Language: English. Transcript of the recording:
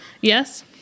Yes